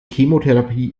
chemotherapie